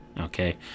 Okay